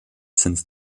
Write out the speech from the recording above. since